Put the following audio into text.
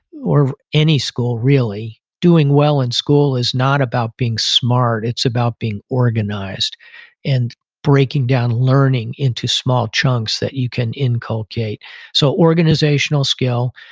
or any school really, doing well in school is not about being smart. it's about being organized and breaking down learning into small chunks that you can inculcate so, organizational skill,